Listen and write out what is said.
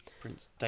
Prince